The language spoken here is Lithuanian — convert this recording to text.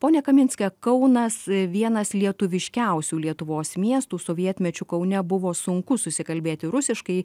pone kaminske kaunas vienas lietuviškiausių lietuvos miestų sovietmečiu kaune buvo sunku susikalbėti rusiškai